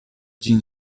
ĝin